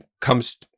comes